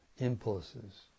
impulses